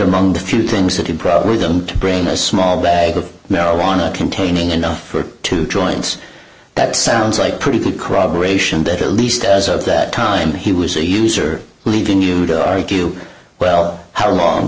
among the few things that he probably them brain a small bag of marijuana containing enough for two joints that sounds like pretty full cooperation better at least as of that time he was a user leaving you like you well how long